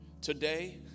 today